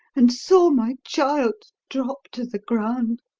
and saw my child drop to the ground?